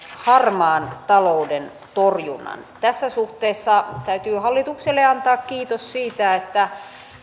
harmaan talouden torjunnan tässä suhteessa täytyy hallitukselle antaa kiitos siitä että